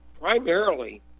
primarily